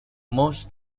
most